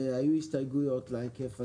היו הסתייגויות להיקף הזה,